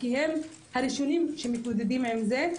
כי הם הראשונים שמתמודדים עם זה,